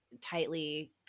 tightly